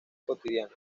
cotidiana